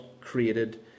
created